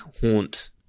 haunt